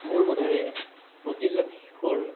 মোৰ বোধেৰে প্ৰতিজন শিশুৰ